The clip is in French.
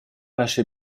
lâcher